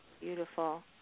Beautiful